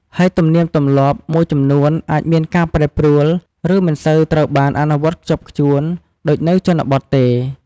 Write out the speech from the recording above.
ហើយទំនៀមទម្លាប់មួយចំនួនអាចមានការប្រែប្រួល ឬមិនសូវត្រូវបានអនុវត្តន៍ខ្ជាប់ខ្ជួនដូចនៅជនបទទេ។